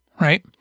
Right